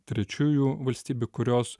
trečiųjų valstybių kurios